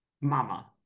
mama